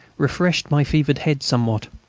refreshed my fevered head somewhat.